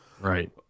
Right